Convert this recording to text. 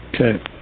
Okay